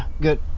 good